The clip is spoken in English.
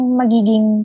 magiging